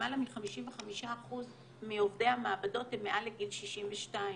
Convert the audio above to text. למעלה מ-55% מעובדי המעבדות הם מעל לגיל 62,